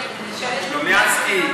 סלומינסקי,